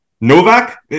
Novak